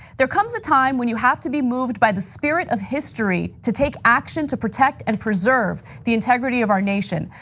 there comes a time when you have to be moved by the spirit of history to take action to protect and preserve the integrity of our nation.